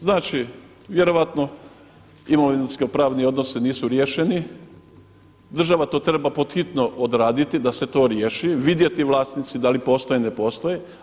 Znači vjerojatno imovinsko-pravni odnosi nisu riješeni, država to treba pod hitno odraditi da se to riješi, vidjeti vlasnici da li postoje, ne postoje.